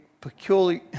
peculiar